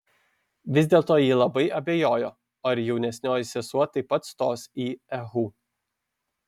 vis dėlto ji labai abejojo ar jaunesnioji sesuo taip pat stos į ehu